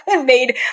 made